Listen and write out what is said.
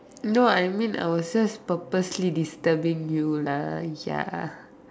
no I mean I was just purposely disturbing you lah ya